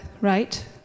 right